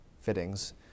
fittings